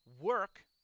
work